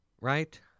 right